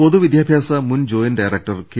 പൊതുവിദ്യാഭ്യാസ മുൻ joint director K